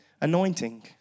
anointing